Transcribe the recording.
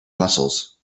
muscles